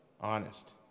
Honest